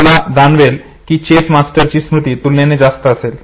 तुम्हाला जाणवेल की चेस मास्टर ची स्मृती तुलनेने जास्त असेल